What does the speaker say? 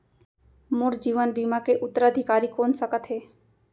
मोर जीवन बीमा के उत्तराधिकारी कोन सकत हे?